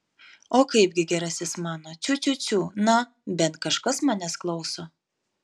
o kaipgi gerasis mano ciu ciu ciu na bent kažkas manęs klauso